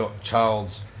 Child's